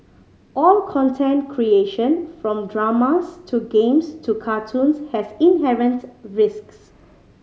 all content creation from dramas to games to cartoons has inherent risks